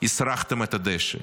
"הסרחתם את הדשא",